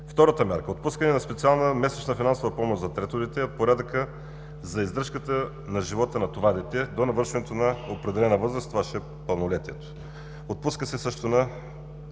Втората мярка – отпускане на специална месечна финансова помощ за трето дете от порядъка за издръжката на живота на това дете до навършването на определена възраст – това ще е пълнолетието. Отпуска се също на